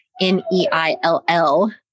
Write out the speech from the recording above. n-e-i-l-l